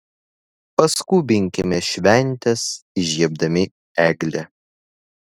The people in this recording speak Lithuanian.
paskubinkime šventes įžiebdami eglę